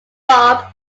bob